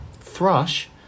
thrush